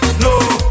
no